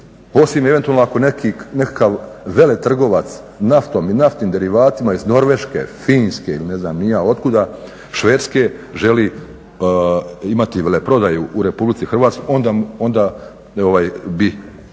osim eventualno ako nekakav veletrgovac naftom i naftnim derivatima iz Norveške, Finske ili ne znam ni ja otkuda, Švedske, želi imati veleprodaju u Republici Hrvatskoj, onda bi